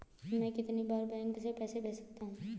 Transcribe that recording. मैं कितनी बार बैंक से पैसे भेज सकता हूँ?